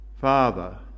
Father